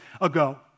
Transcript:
ago